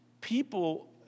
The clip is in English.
people